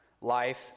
Life